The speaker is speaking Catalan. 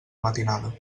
matinada